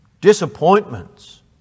disappointments